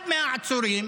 אחד מהעצורים